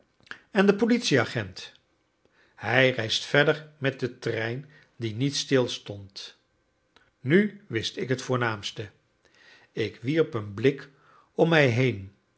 en de politieagent hij reist verder met den trein die niet stilstond nu wist ik het voornaamste ik wierp een blik om mij heen